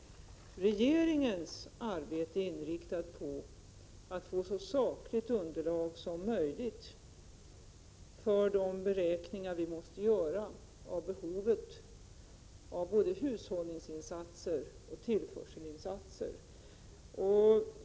Regeringens arbete är inriktat på att få så sakligt underlag som möjligt för de beräkningar vi måste göra av behovet av både hushållningsinsatser och tillförselinsatser.